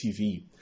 TV